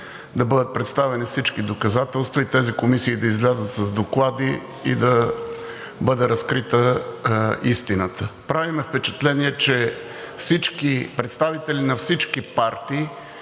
да бъдат представени всички доказателства, тези комисии да излязат с доклади и да бъде разкрита истината. Прави ми впечатление, че представители на всички партии